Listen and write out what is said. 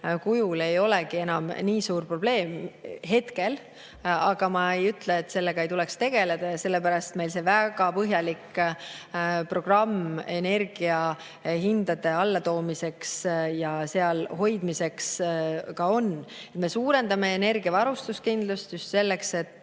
kujul ei olegi hetkel enam nii suur probleem. Aga ma ei ütle, et nendega ei tuleks tegeleda. Sellepärast meil see väga põhjalik programm energiahindade allatoomiseks ja seal hoidmiseks ka on. Me suurendame energiavarustuskindlust just selleks, et